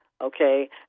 Okay